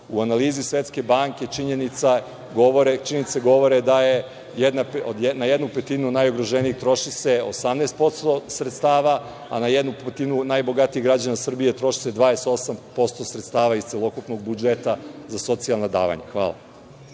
U analizi Svetske banke činjenice govore da je na jednu petinu najugroženijih troši se 18% sredstava, a na jednu petinu najbogatijih građana Srbije troši se 28 % sredstava iz celokupnog budžeta za socijalna davanja. Hvala.